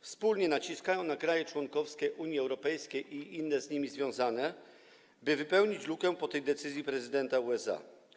Wspólnie naciskają na kraje członkowskie Unii Europejskiej i inne z nimi związane, by wypełnić lukę po tej decyzji prezydenta USA.